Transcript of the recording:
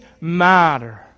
matter